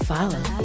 Follow